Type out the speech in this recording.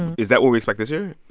is that what we expect this year?